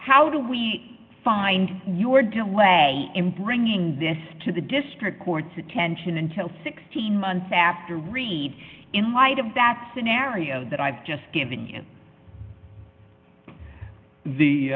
how do we find your delay in bringing this to the district court's attention until sixteen months after read in light of that scenario that i've just given you the